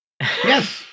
Yes